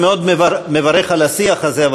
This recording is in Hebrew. אני מאוד מברך על השיח הזה,